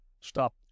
stop